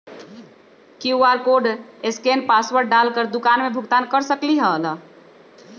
QR code scan password डाल कर दुकान में भुगतान कर सकलीहल?